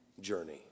journey